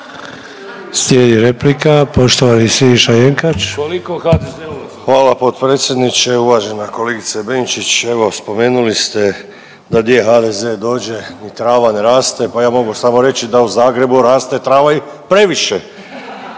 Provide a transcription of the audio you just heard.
Siniša Jenkač. **Jenkač, Siniša (HDZ)** Hvala potpredsjedniče. Uvažena kolegice Benčić, evo spomenuli ste da gdje HDZ dođe ni trava ne raste pa ja mogu samo reći da u Zagrebu raste trava i previše.